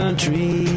Country